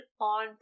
on